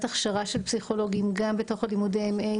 ההכשרה של הפסיכולוגים גם בתוך לימודי ה-MA,